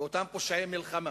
ואותם פושעי מלחמה,